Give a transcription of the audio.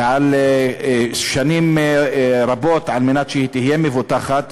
ועל שנים רבות, כדי שהיא תהיה מבוטחת.